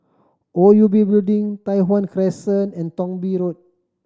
O U B Building Tai Hwan Crescent and Thong Bee Road